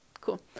cool